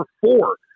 four